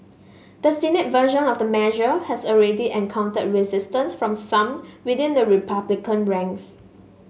the Senate version of the measure has already encountered resistance from some within the Republican ranks